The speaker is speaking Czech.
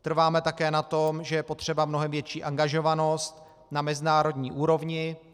Trváme také na tom, že je potřeba mnohem větší angažovanost na mezinárodní úrovni.